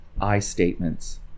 I-statements